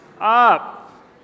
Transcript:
up